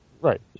right